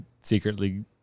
secretly